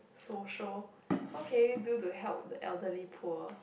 social what can you do to help the elderly poor